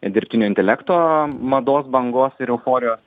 dirbtinio intelekto mados bangos ir euforijos